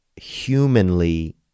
humanly